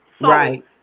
right